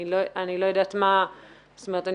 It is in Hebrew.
אני לא יודעת מה יהיה השימוש בהן.